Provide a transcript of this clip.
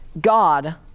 God